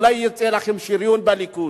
אולי יצא לכם שריון בליכוד.